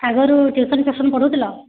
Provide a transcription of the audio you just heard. ଆଗରୁ ଟିଉସନ୍ ଫିଉସନ୍ ପଢ଼ୁଥିଲ